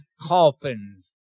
coffins